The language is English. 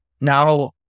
Now